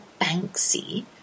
Banksy